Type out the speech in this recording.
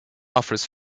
offers